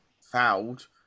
fouled